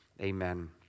Amen